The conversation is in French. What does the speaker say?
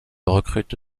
recrute